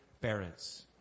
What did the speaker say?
parents